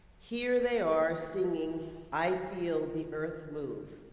here they are singing i feel the earth move.